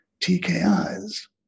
TKIs